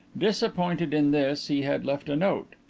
disappointed in this, he had left a note.